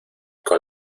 con